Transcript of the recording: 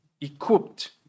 equipped